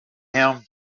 him